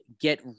get